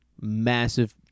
massive